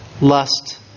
lust